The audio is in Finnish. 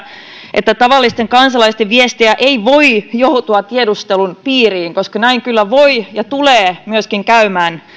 että tavallisten kansalaisten viestejä ei voi joutua tiedustelun piiriin koska näin kyllä voi käydä ja tulee myöskin käymään